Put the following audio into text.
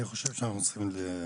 אני חושב שאנחנו צריכים לדון בזה.